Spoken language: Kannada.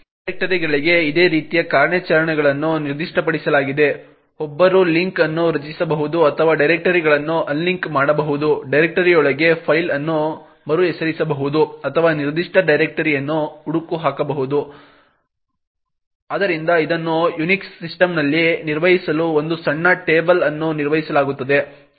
ಡೈರೆಕ್ಟರಿಗಳಿಗೆ ಇದೇ ರೀತಿಯ ಕಾರ್ಯಾಚರಣೆಗಳನ್ನು ನಿರ್ದಿಷ್ಟಪಡಿಸಲಾಗಿದೆ ಒಬ್ಬರು ಲಿಂಕ್ ಅನ್ನು ರಚಿಸಬಹುದು ಅಥವಾ ಡೈರೆಕ್ಟರಿಗಳನ್ನು ಅನ್ಲಿಂಕ್ ಮಾಡಬಹುದು ಡೈರೆಕ್ಟರಿಯೊಳಗೆ ಫೈಲ್ ಅನ್ನು ಮರುಹೆಸರಿಸಬಹುದು ಅಥವಾ ನಿರ್ದಿಷ್ಟ ಡೈರೆಕ್ಟರಿಯನ್ನು ಹುಡುಕಬಹುದು ಆದ್ದರಿಂದ ಇದನ್ನು ಯುನಿಕ್ಸ್ ಸಿಸ್ಟಮ್ನಲ್ಲಿ ನಿರ್ವಹಿಸಲು ಒಂದು ಸಣ್ಣ ಟೇಬಲ್ ಅನ್ನು ನಿರ್ವಹಿಸಲಾಗುತ್ತದೆ